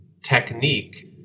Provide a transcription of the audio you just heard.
technique